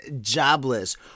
jobless